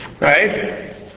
Right